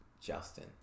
Justin